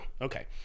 Okay